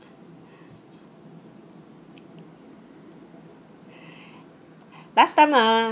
last time ah